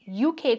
UK